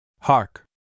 Hark